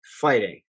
fighting